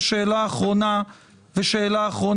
ושאלה אחרונה אדוני,